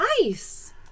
Nice